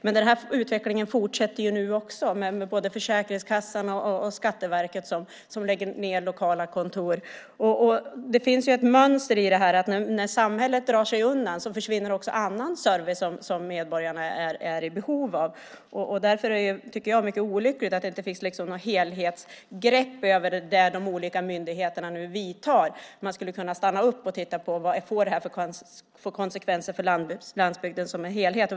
Men utvecklingen fortsätter när både Försäkringskassan och Skatteverket lägger ned lokala kontor. Det finns ett mönster i detta. När samhället drar sig undan försvinner också annan service som medborgarna är i behov av. Därför är det mycket olyckligt att det inte finns något helhetsgrepp som de olika myndigheterna nu vidtar. Man skulle kunna stanna upp och titta på vad det får för konsekvenser för landsbygden som helhet.